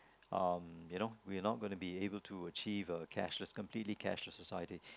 um you know we are not going to be able to achieve a cashless completely cashless society